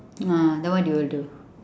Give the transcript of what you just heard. ah then what you will do